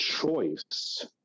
choice